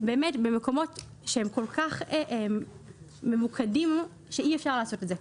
באמת במקומות שהם כל כך ממוקדים שאי אפשר לעשות את זה.